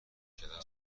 کردن